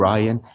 Ryan